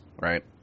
right